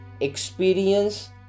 experience